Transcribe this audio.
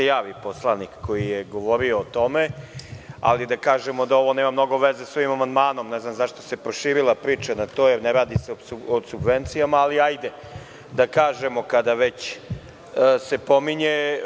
Da se javi poslanik koji je govorio o tome, ali da kažemo da ovo nema mnogo veze sa ovim amandmanom, ne znam zašto se proširila priča na to, ne radi se o subvencijama, ali hajde da kažemo kada se već pominje.